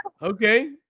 okay